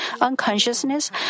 unconsciousness